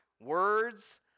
words